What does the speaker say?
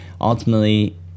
ultimately